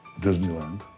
Disneyland